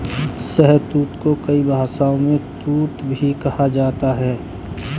शहतूत को कई भाषाओं में तूत भी कहा जाता है